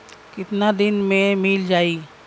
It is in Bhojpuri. कितना दिन में मील जाई?